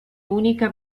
unica